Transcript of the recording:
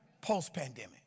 post-pandemic